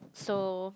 so